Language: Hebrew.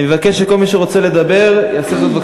אני מבקש שכל מי שרוצה לדבר יעשה זאת,